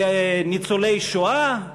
לניצולי השואה,